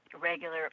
regular